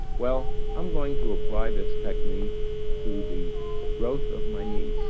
well, i'm going to apply this technique to the growth of my niece,